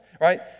right